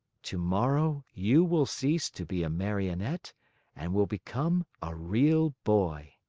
tomorrow you will cease to be a marionette and will become a real boy.